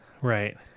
Right